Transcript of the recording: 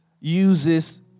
uses